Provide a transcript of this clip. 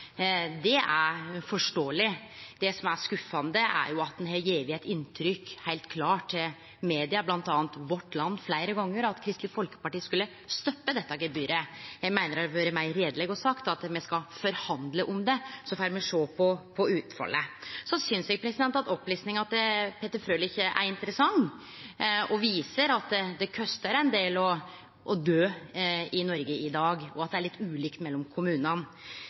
Det er forståeleg. Det som er skuffande, er at ein heilt klart har gjeve eit inntrykk til media, bl.a. Vårt Land, fleire gonger av at Kristeleg Folkeparti skulle stoppe dette gebyret. Eg meiner det hadde vore meir reieleg å seie: Me skal forhandle om det, og så får me sjå på utfallet. Så synest eg at opplistinga til Peter Frølich er interessant og viser at det kostar ein del å dø i Noreg i dag, og at det er litt ulikt mellom kommunane.